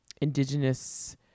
indigenous